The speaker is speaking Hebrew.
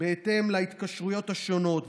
בהתאם להתקשרויות השונות,